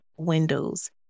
windows